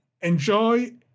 enjoy